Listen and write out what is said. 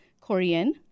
Korean